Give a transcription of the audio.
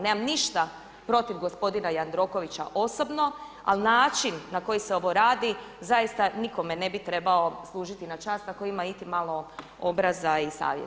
Nemam ništa protiv gospodina Jandrokovića osobno, ali način na koji se ovo radi zaista nikome ne bi trebao služiti na čast ako ima iti malo obraza i savjesti.